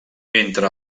entre